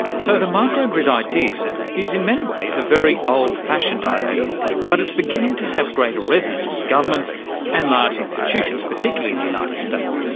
so the micro-grid idea is in many ways a very old-fashioned idea, but it is beginning to have greater resonance with governments and large institutions, particularly in the united states,